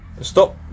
Stop